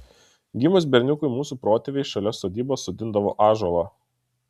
gimus berniukui mūsų protėviai šalia sodybos sodindavo ąžuolą